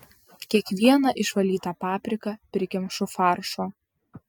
kiekvieną išvalytą papriką prikemšu faršo